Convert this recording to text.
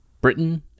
Britain